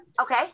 Okay